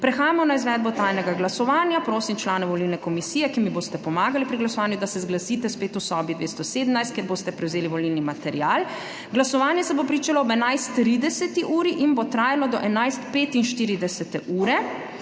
Prehajamo na izvedbo tajnega glasovanja. Prosim člane volilne komisije, ki mi boste pomagali pri glasovanju, da se zglasite spet v sobi 217, kjer boste prevzeli volilni material. Glasovanje se bo začelo ob 11 30. in bo trajalo do 11 45.